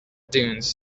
dunes